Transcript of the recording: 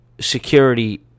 security